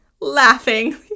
laughing